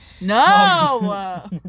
No